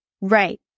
Right